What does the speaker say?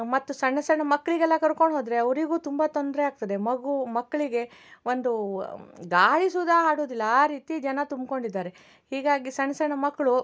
ಮತ್ತು ಸಣ್ಣ ಸಣ್ಣ ಮಕ್ಕಳಿಗೆಲ್ಲ ಕರ್ಕೊಂಡು ಹೋದರೆ ಅವರಿಗೂ ತುಂಬ ತೊಂದರೆಯಾಗ್ತದೆ ಮಗು ಮಕ್ಕಳಿಗೆ ಒಂದು ಗಾಳಿ ಸುದಾ ಆಡುದಿಲ್ಲ ಆ ರೀತಿ ಜನ ತುಂಬಿಕೊಂಡಿದ್ದಾರೆ ಹೀಗಾಗಿ ಸಣ್ಣ ಸಣ್ಣ ಮಕ್ಕಳು